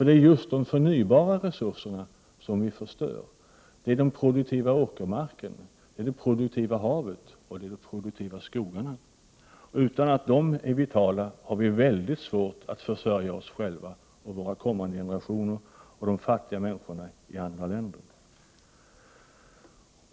Det är just de produktiva åkermarkerna, de produktiva haven och de produktiva skogarna som vi förstör, och om de inte är vitala har vi oerhört svårt att försörja oss själva, kommande generationer och de fattiga människorna i andra länder.